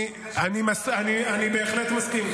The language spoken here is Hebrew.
אני בהחלט מסכים.